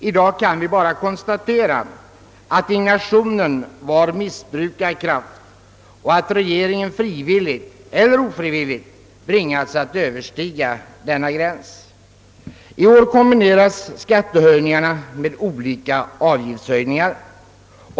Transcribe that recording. I dag kan vi bara konstatera att indignationen var missbrukad kraft och att regeringen frivilligt eller ofrivilligt bringats att överskrida denna gräns. I år kombineras skattehöjningarna med olika avgiftshöjningar.